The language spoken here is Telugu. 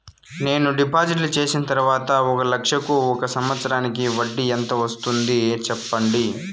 నేను డిపాజిట్లు చేసిన తర్వాత ఒక లక్ష కు ఒక సంవత్సరానికి వడ్డీ ఎంత వస్తుంది? సెప్పండి?